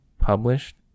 published